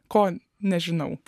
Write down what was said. ko nežinau